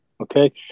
okay